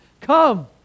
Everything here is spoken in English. Come